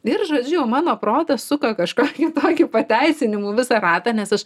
ir žodžiu mano protas suka kažkokį tokį pateisinimų visą ratą nes aš